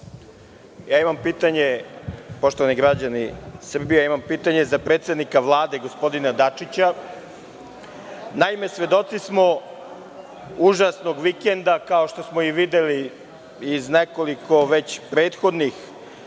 Šormaz** Poštovani građani Srbije, imam pitanje za predsednika Vlade gospodina Dačića. Naime, svedoci smo užasnog vikenda kao što smo i videli iz nekoliko već prethodnih